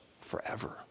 forever